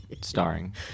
Starring